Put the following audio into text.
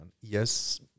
Yes